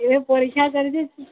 ଏବେ ପରୀକ୍ଷା ଚାଲିଛି